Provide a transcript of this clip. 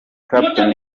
clapton